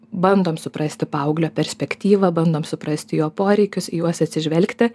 bandom suprasti paauglio perspektyvą bandom suprasti jo poreikius į juos atsižvelgti